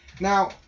now